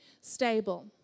stable